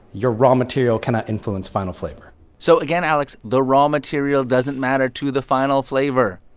your raw material cannot influence final flavor so again, alex, the raw material doesn't matter to the final flavor.